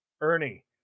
Ernie